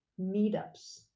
meetups